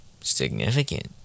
Significant